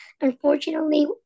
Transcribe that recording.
Unfortunately